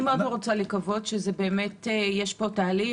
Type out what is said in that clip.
אני מאוד רוצה לקוות שבאמת יש פה תהליך,